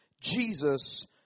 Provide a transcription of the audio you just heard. Jesus